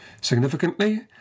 Significantly